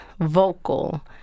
vocal